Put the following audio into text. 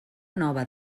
nova